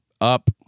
up